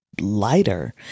Lighter